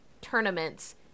tournaments